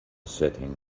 setting